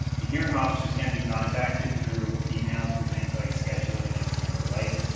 the hearing officers can be contacted through emails for things like scheduling and and the like.